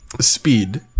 speed